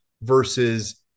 versus